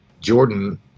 Jordan